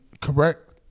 correct